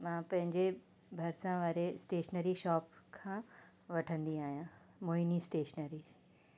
मां पंहिंजे भरिसां वारे स्टेशनरी शॉप खां वठंदी आहियां मोहिनी स्टेशनरी